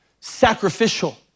sacrificial